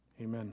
Amen